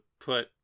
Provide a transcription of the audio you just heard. put